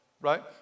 right